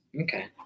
Okay